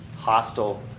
hostile